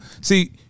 See